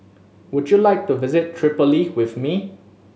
would you like to visit Tripoli with me